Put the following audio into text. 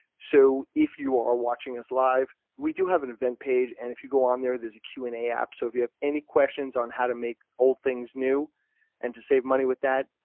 so if you are watching us live, we do have an event page and if you go on there, there is a q and a app. so if you have any questions on how to make old things new and to save money with that,